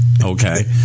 Okay